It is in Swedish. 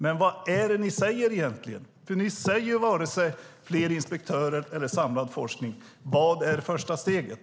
Men vad är det egentligen ni säger? Ni säger inte att det ska bli fler inspektörer eller samlad forskning. Vad är första steget?